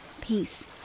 peace